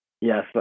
Yes